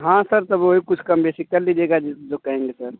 हाँ सर तब वही कुछ कम बेसी कर लीजिएगा जो कहेंगे सर